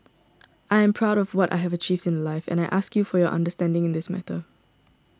I am proud of what I have achieved in life and I ask you for your understanding in this matter